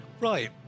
Right